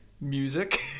Music